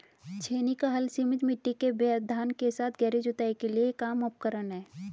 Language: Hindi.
छेनी का हल सीमित मिट्टी के व्यवधान के साथ गहरी जुताई के लिए एक आम उपकरण है